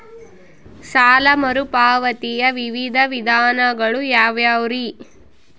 ಸಾಲ ಮರುಪಾವತಿಯ ವಿವಿಧ ವಿಧಾನಗಳು ಯಾವ್ಯಾವುರಿ?